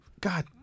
God